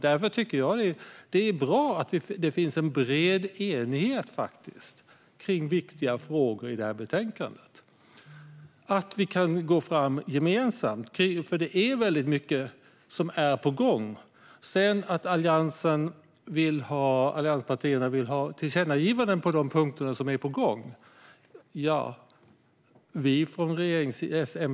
Därför är det bra att det finns bred enighet om viktiga frågor i betänkandet. Då kan vi gå fram gemensamt. Det är väldigt mycket som är på gång. Allianspartierna vill också ha tillkännagivanden på de punkter som redan är på gång.